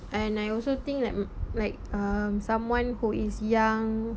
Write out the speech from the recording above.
and I also think like m~ like um someone who is young